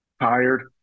tired